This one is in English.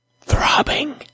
Throbbing